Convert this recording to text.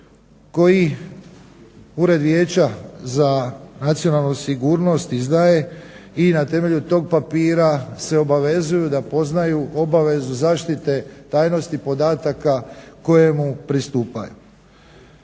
koji Ured Vijeća za nacionalnu sigurnost izdaje i na temelju tog papira se obavezuju da poznaju obavezu zaštite tajnosti podataka kojemu pristupaju.